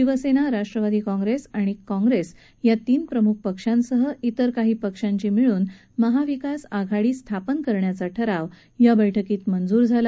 शिवसेना राष्ट्रवादी काँग्रेस आणि काँग्रेस या तीन प्रमुख पक्षांसह तिर काही पक्षांची मिळून महाविकास आघाडी स्थापन करण्याचा ठराव या बैठकीत मंजूर झाला